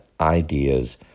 ideas